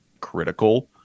critical